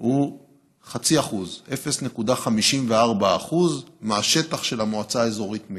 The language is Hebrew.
הוא 0.5%, 0.54% מהשטח של המועצה האזורית מגידו.